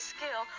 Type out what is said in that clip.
Skill